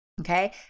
okay